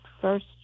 first